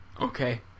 Okay